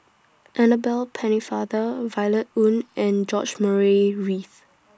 Annabel Pennefather Violet Oon and George Murray Reith